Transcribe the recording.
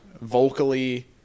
Vocally